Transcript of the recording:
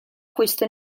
questa